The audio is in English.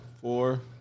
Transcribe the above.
four